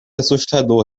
assustador